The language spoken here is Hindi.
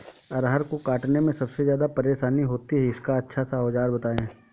अरहर को काटने में सबसे ज्यादा परेशानी होती है इसका अच्छा सा औजार बताएं?